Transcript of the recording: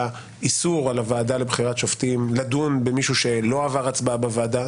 איסור על הוועדה לבחירת שופטים לדון במישהו שלא עבר הצבעה בוועדה.